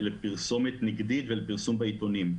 לפרסומת נגדית ולפרסום בעיתונים.